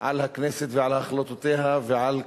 על הכנסת ועל החלטותיה ועל חוקיה.